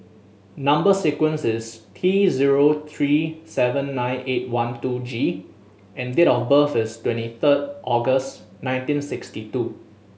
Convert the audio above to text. number sequence is T zero three seven nine eight one two G and date of birth is twenty third August nineteen sixty two